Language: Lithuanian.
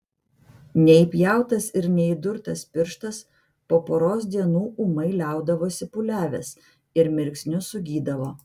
neįpjautas ir neįdurtas pirštas po poros dienų ūmai liaudavosi pūliavęs ir mirksniu sugydavo